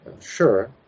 sure